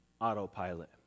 autopilot